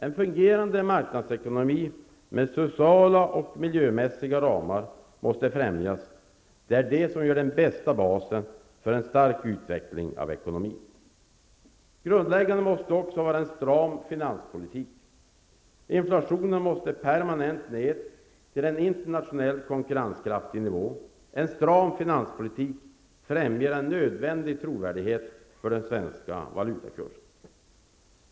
En fungerande marknadsekonomi med sociala och miljömässiga ramar måste främjas. Det ger den bästa basen för en stark utveckling av ekonomin. Grundläggande måste också vara en stram finanspolitik. Inflationen måste permenant ned till en internationellt konkurrenskraftig nivå. En stram finanspolitik främjar en nödvändig trovärdighet för den svenska valutakursen.